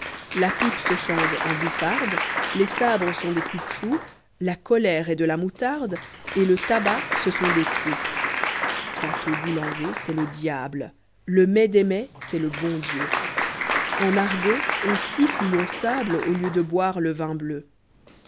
la pipe se change en bouffarde les sabres ont des coupe choux la colère est de la moutarde et le tabac ce sont des coups quant au boulanger c'est le diable le meg des megs c'est le bon dieu en argot on siffle ou l'on sable au lieu de boire le vin bleu